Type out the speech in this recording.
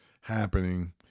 happening